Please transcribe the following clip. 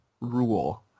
rule